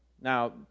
Now